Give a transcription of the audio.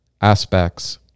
aspects